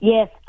Yes